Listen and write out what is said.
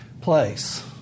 place